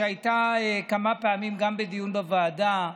שהייתה כמה פעמים גם בדיון בוועדה: